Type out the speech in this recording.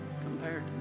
compared